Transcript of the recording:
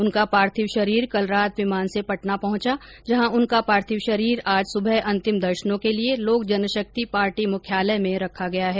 उनका पार्थिव शरीर कल रात विमान से पटना पहुंचा जहां उनका पार्थिव शरीर आज सुबह अंतिम दर्शनों के लिए लोक जनशक्ति पार्टी मुख्यालय में रखा गया है